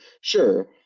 Sure